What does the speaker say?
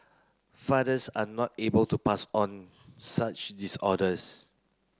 fathers are not able to pass on such disorders